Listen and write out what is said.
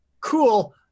Cool